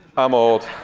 i'm old.